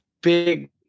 big